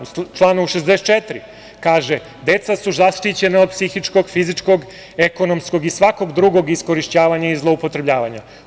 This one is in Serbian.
U članu 64. kaže – deca su zaštićena od psihičkog, fizičkog, ekonomskog i svakog drugog iskorišćavanja i zloupotrebljavanja.